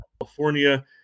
california